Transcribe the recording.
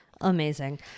Amazing